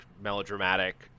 melodramatic